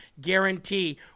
guarantee